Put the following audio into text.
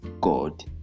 God